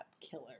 killer